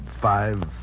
five